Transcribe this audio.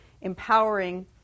empowering